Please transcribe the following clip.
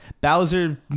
Bowser